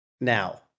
now